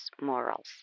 morals